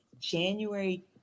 January